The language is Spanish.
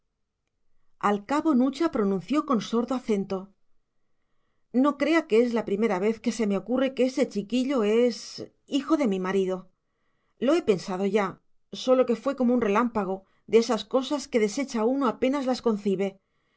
al cabo nucha pronunció con sordo acento no crea que es la primera vez que se me ocurre que ese chiquillo es hijo de mi marido lo he pensado ya sólo que fue como un relámpago de esas cosas que desecha uno apenas las concibe